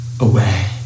away